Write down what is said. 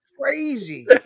crazy